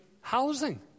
housing